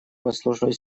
послужной